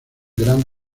gran